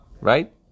right